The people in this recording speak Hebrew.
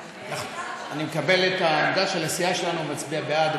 אני מקבל את העמדה של הסיעה שלנו להצביע בעד,